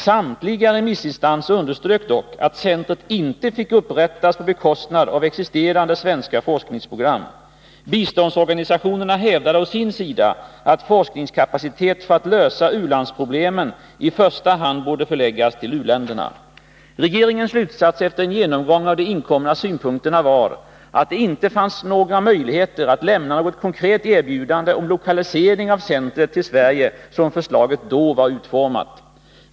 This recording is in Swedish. Samtliga remissinstanser underströk dock att centret inte fick upprättas på bekostnad av existerande svenska forskningsprogram. Biståndsorganisationerna hävdade å sin sida, att forskningskapacitet för att lösa u-landsproblemen i första hand borde förläggas till u-länderna. Regeringens slutsats efter en genomgång av de inkomna synpunkterna var att det inte fanns några möjligheter att lämna något konkret erbjudande om lokalisering av centret till Sverige, som förslaget då var utformat.